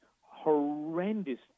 horrendous